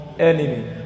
enemy